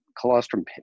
colostrum